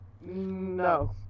No